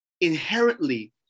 inherently